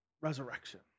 Resurrection